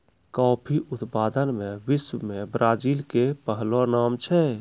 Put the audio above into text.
coffee उत्पादन मॅ विश्व मॅ ब्राजील के पहलो नाम छै